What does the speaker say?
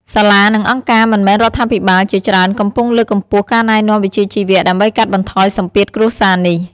សាលា និងអង្គការមិនមែនរដ្ឋាភិបាលជាច្រើនកំពុងលើកកម្ពស់ការណែនាំវិជ្ជាជីវៈ ដើម្បីកាត់បន្ថយសម្ពាធគ្រួសារនេះ។